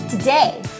Today